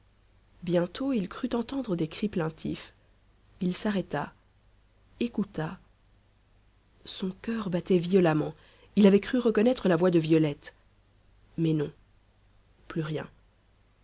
bientôt il crut entendre des cris plaintifs il s'arrêta écouta son coeur battait violemment il avait cru reconnaître la voix de violette mais non plus rien